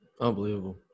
Unbelievable